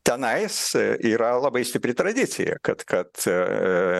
tenais yra labai stipri tradicija kad kad